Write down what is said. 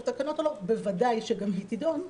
תקנות או לא בוודאי שגם היא תידון.